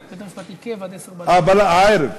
בית-המשפט עיכב עד 22:00. הערב.